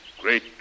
great